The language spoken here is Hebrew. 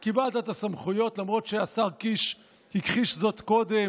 קיבלת את הסמכויות למרות שהשר קיש הכחיש זאת קודם.